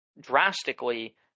drastically